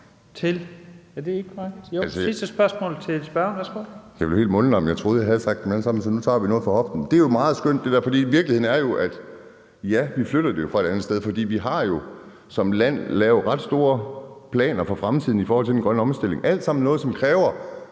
Kim Edberg Andersen (DD): Jeg blev helt mundlam, for jeg troede, jeg havde haft dem alle sammen. Så nu tager vi et skud fra hoften. Det der er meget skønt, for virkeligheden er, at vi jo flytter det fra et andet sted, for vi har som land lavet ret store planer for fremtiden i forhold til den grønne omstilling. Det er alt sammen noget, som kræver